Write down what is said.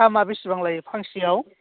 दामा बेसेबां लायो फांसेयाव